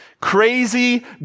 crazy